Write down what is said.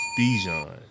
Bijan